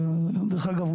דרך אגב,